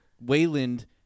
Wayland